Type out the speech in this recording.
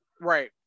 Right